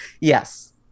Yes